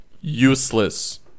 Useless